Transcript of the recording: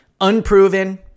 Unproven